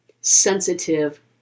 sensitive